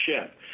ship